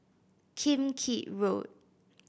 Kim Keat Road